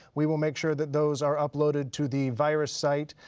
we will make sure that those are uploaded to the virus site,